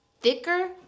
thicker